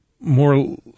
more